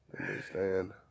understand